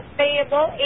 payable